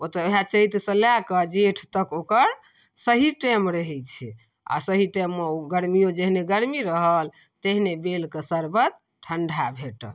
ओ तऽ वएह चैतसँ लऽ कऽ जेठ तक ओकर सही टाइम रहै छै आओर सही टाइममे ओ गरमिओ जेहने गरमी रहल तेहने बेलके शरबत ठण्डा भेटत